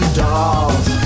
dolls